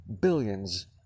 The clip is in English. billions